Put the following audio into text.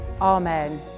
Amen